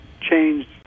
changed